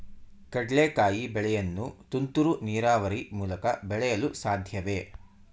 ಕಡ್ಲೆಕಾಯಿ ಬೆಳೆಯನ್ನು ತುಂತುರು ನೀರಾವರಿ ಮೂಲಕ ಬೆಳೆಯಲು ಸಾಧ್ಯವೇ?